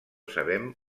sabem